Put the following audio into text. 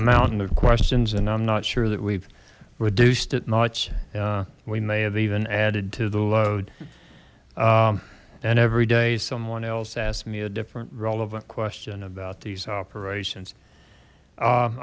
mountain of questions and i'm not sure that we've reduced it nights we may have even added to the load and every day someone else asked me a different relevant question about these operations